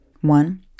One